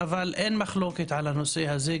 אבל אין מחלוקת על הנושא הזה.